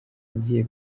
agiye